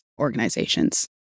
organizations